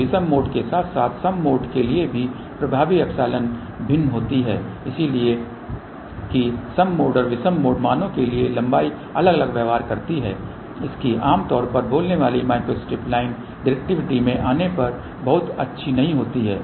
तो विषम मोड के साथ साथ सम मोड के लिए भी प्रभावी एप्सिलॉन भिन्न होती है इसलिए कि सम मोड और विषम मोड मानों के लिए लंबाई अलग अलग व्यवहार करती है इसकी आमतौर पर बोलने वाली माइक्रोस्ट्रिप लाइने डिरेक्टिविटि में आने पर बहुत अच्छी नहीं होती हैं